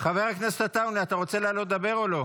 אתה רוצה לעלות לדבר או לא?